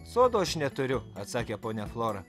sodo aš neturiu atsakė ponia flora